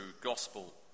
gospel